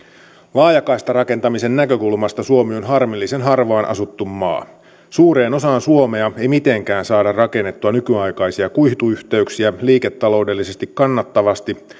laajakaistarakentamisen näkökulmasta suomi on harmillisen harvaan asuttu maa suureen osaan suomea ei mitenkään saada rakennettua nykyaikaisia kuituyhteyksiä liiketaloudellisesti kannattavasti